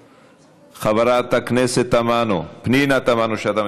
חברת הכנסת פנינה תמנו שטה,